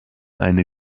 eine